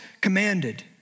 commanded